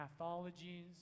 pathologies